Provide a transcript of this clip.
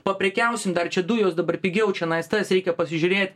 paprekiausim dar čia dujos dabar pigiau čianais tas reikia pasižiūrėti